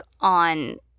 on